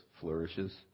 flourishes